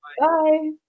Bye